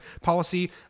policy